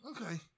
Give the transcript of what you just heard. Okay